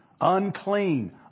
unclean